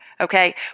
okay